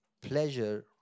pleasure